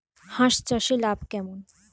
হাঁস চাষে লাভ কেমন?